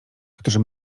którzy